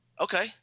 Okay